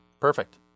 Perfect